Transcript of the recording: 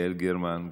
יעל גרמן,